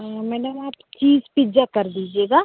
madam आप cheese pizza कर दीजिएगा